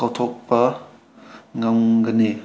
ꯀꯥꯎꯊꯣꯛꯄ ꯉꯝꯒꯅꯤ